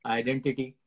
identity